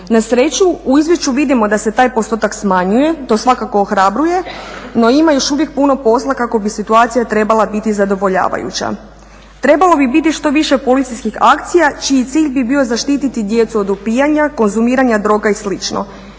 Na sreću u izviješću vidimo da se taj postotak smanjuje, to svakako ohrabruje no ima još uvijek puno posla kako bi situacija trebala biti zadovoljavajuća. Trebalo bi biti što više policijskih akcija čiji cilj bi bio zaštiti djecu od opijanja, konzumiranja droga i